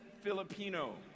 Filipino